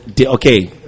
okay